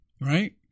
Right